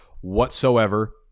whatsoever